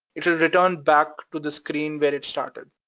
it'll return back to the screen but it started.